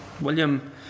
William